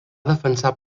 defensar